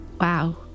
Wow